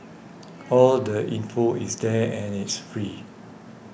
all the info is there and it's free